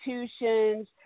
institutions